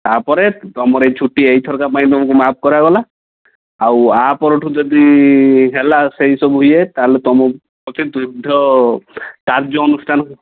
ତା'ପରେ ତୁମର ଏଇ ଛୁଟି ଏଇଥରକ ପାଇଁ ତୁମକୁ ମାଫ କରାଗଲା ଆଉ ତା ପରଠୁ ଯଦି ହେଲା ସେଇସବୁ ଇଏ ତା'ହେଲେ ତୁମକୁ ପ୍ରତି ତୀବ୍ର କାର୍ଯ୍ୟ ଅନୁଷ୍ଠାନ